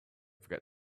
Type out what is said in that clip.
forget